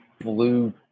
blue